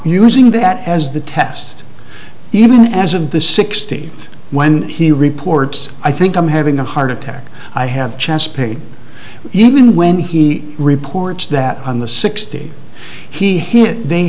using that as the test even as of the sixty when he reports i think i'm having a heart attack i have chest pain even when he reports that on the sixty he hit they